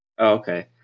Okay